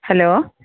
hello